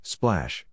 Splash